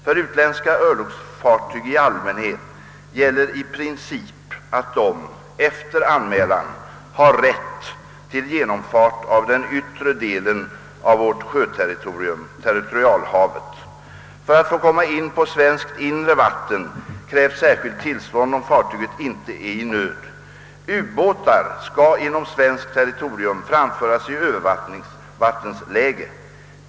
För utländska örlogsfartyg i allmänhet gäller i princip att de, efter anmälan, har rätt till genomfart av den yttre delen av vårt sjöterritorium, territorialhavet. För att få komma in på svenskt inre vatten krävs särskilt tillstånd om fartyget inte är i nöd. Ubåtar skall inom svenskt territorium framföras i övervattensläge.